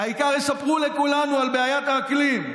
העיקר יספרו לכולנו על בעיית האקלים.